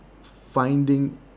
finding